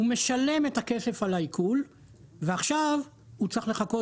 הוא משלם את הכסף על העיקול ועכשיו הוא צריך לחכות